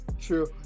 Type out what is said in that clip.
True